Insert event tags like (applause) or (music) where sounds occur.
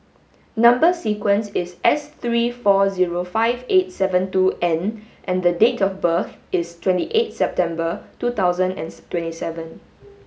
number sequence is S three four zero five eight seven two N and date of birth is twenty eight September two thousand and (unintelligible) twenty seven